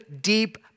deep